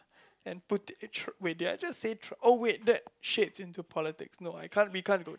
and Putin uh oh wait did I just say Trump oh wait that shit into politic no I can't we can't go there